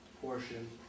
portion